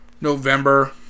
November